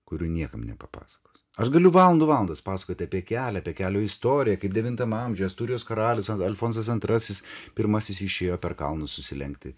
kurių niekam nepapasakos aš galiu valandų valandas pasakoti apie kelią kelio istoriją kaip devintam amžiuje astūrijos karalius alfonsas antrasis pirmasis išėjo per kalnus susilenkti